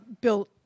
Bill